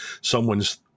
someone's